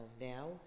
now